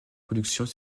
productions